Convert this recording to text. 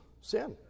sin